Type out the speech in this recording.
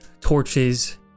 torches